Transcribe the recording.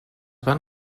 van